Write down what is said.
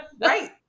right